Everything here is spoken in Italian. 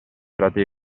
tratta